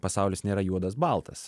pasaulis nėra juodas baltas